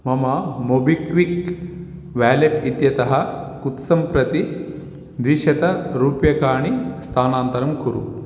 मम MobiKwik wallet इत्यतः कुत्सं प्रति द्विशतरूप्यकाणि स्थानान्तरं कुरु